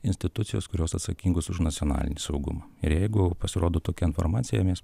institucijos kurios atsakingos už nacionalinį saugumą ir jeigu pasirodo tokia informacija mes